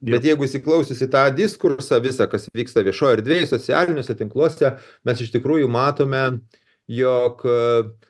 bet jeigu įsiklausius į tą diskursą visa kas vyksta viešoj erdvėj socialiniuose tinkluose mes iš tikrųjų matome jog a